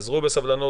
היאזרו בסבלנות,